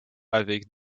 avec